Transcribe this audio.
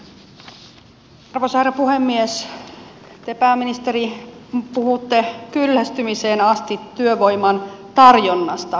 te pääministeri puhutte kyllästymiseen asti työvoiman tarjonnasta